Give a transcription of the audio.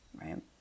Right